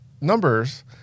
numbers